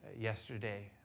yesterday